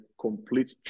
complete